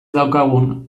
daukagun